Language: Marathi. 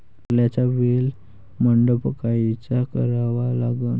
कारल्याचा वेल मंडप कायचा करावा लागन?